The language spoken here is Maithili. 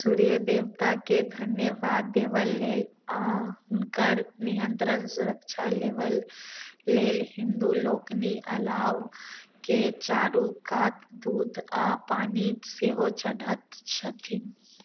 सूर्य देवताके धन्यवाद देबै लेल आ हुनकर नियन्त्रण सुरक्षा लेबै लेल हिन्दू लोकनि अलावके चारू कात दूध आ पानि सेहो चढ़त छथिन